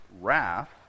Wrath